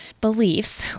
Beliefs